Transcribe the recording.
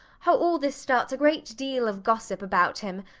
how all this starts a great deal of gossip about him,